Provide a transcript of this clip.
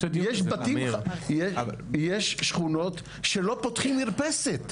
יש שכונות שלא פותחים מרפסת.